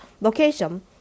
location